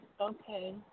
Okay